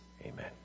amen